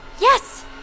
Yes